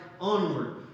onward